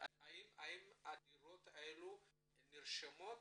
האם הדירות האלה נרשמות